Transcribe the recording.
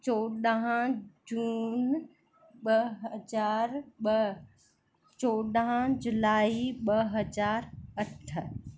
चोॾहं जून ॿ हज़ार ॿ चोॾहं जुलाई ॿ हज़ार अठ